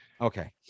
Okay